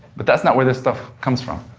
but that's not where this stuff comes from.